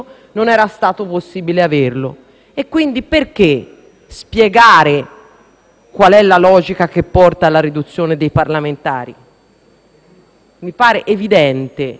la logica che porta alla riduzione dei parlamentari? Mi pare evidente che, per come è stata gestita la legislatura fino ad oggi,